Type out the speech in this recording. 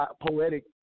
poetic